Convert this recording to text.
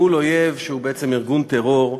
אל מול אויב שהוא בעצם ארגון טרור,